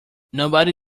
nobody